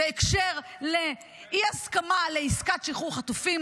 בקשר לאי-הסכמה לעסקת שחרור חטופים.